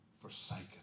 forsaken